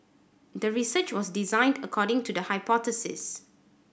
the research was designed according to the hypothesis